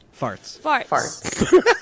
Farts